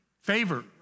Favor